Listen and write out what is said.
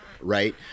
right